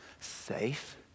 Safe